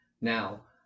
Now